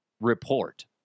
report